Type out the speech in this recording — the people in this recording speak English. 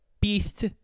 Beast